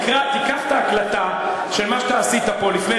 תיקח את ההקלטה של מה שאתה עשית פה לפני